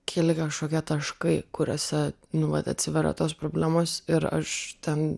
keli kažkokie taškai kuriuose nu vat atsiveria tos problemos ir aš ten